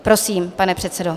Prosím, pane předsedo.